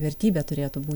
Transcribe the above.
vertybė turėtų bū